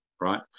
right